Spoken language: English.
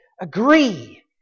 agree